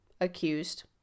accused